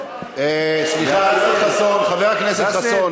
אחרון הדוברים,